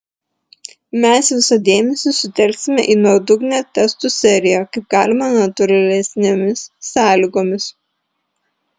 mes visą dėmesį sutelksime į nuodugnią testų seriją kaip galima natūralesnėmis sąlygomis